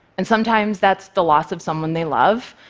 and sometimes, that's the loss of someone they love,